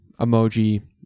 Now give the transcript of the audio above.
emoji